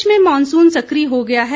प्रदेश में मॉनसून सक्रिय हो गया है